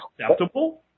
acceptable